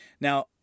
Now